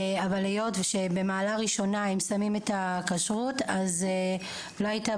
אבל היות שבמעלה ראשונה הם שמים את הכשרות אז לא הייתה